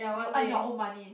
you earn your own money